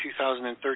2013